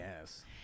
Yes